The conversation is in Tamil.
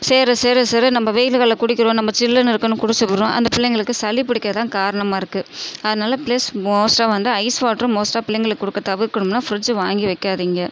சேர சேர சேர நம்ம வெயில்களில் குடிக்கிறோம் நம்ம சில்லுன்னு இருக்குனு குடித்துப்புடுறோம் அந்த பிள்ளைங்களுக்குச் சளி பிடிக்க இதுதான் காரணமாக இருக்குது அதனால் ப்ளீஸ் மோஸ்ட்டாக வந்து ஐஸ் வாட்டர் மோஸ்ட்டாக பிள்ளைங்களுக்கு கொடுக்கத் தவிர்க்கணும்னால் ஃபிரிட்ஜ் வாங்கி வைக்காதிங்க